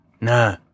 No